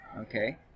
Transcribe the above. Okay